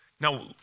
Now